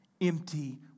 empty